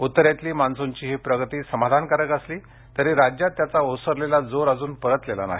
उत्तरेतली मान्सूनची ही प्रगती समाधानकारक असली तरी राज्यात त्याचा ओसरलेला जोर अजून परतलेला नाही